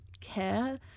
care